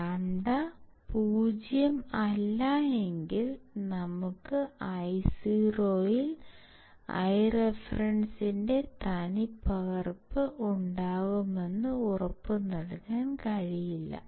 λ 0 അല്ലായെങ്കിൽ നമുക്ക് Io യിൽ Iref ന്റെ തനിപ്പകർപ്പ് ഉണ്ടാകുമെന്ന് ഉറപ്പുനൽകാൻ കഴിയില്ല